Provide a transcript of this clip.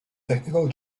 technical